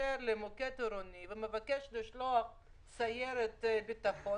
מתקשר למוקד העירוני ומבקש לשלוח סיירת ביטחון,